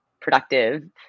productive